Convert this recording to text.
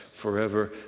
forever